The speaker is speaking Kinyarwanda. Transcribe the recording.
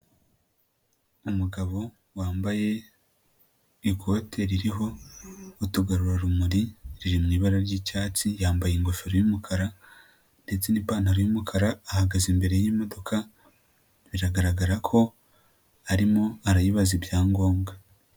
Umugabo wambaye ikote ririho utugarurarumuri riri mu ibara ry'icyatsi, yambaye ingofero y'umukara ndetse n'ipantaro y'umukara ahagaze imbere y'imodoka biragaragara ko arimo arayibaza ibyangombwa.